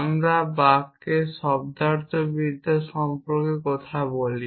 আমরা বাক্যের শব্দার্থবিদ্যা সম্পর্কে কথা বলি